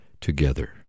together